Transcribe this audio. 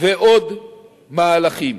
ועוד מהלכים.